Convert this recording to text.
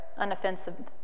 unoffensive